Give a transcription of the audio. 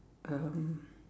um